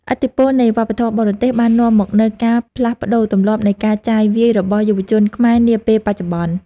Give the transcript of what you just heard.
ឥទ្ធិពលនៃវប្បធម៌បរទេសបាននាំមកនូវការផ្លាស់ប្ដូរទម្លាប់នៃការចាយវាយរបស់យុវជនខ្មែរនាពេលបច្ចុប្បន្ន។